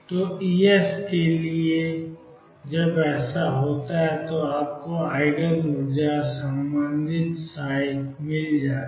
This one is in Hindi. तो E s के लिए जब ऐसा होता है तो आपको आइगन ऊर्जा और संबंधित मिल गई है